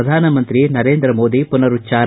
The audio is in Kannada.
ಪ್ರಧಾನಮಂತ್ರಿ ನರೇಂದ್ರ ಮೋದಿ ಪುನರುಚ್ಲಾರ